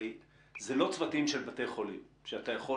הרי אלה לא צוותים של בתי חולים שאתה יכול